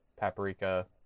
paprika